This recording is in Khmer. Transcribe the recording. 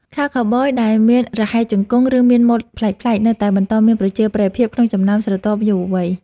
ខោខូវប៊យដែលមានរហែកជង្គង់ ឬមានម៉ូដប្លែកៗនៅតែបន្តមានប្រជាប្រិយភាពក្នុងចំណោមស្រទាប់យុវវ័យ។